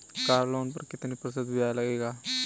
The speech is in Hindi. कार लोन पर कितने प्रतिशत ब्याज लगेगा?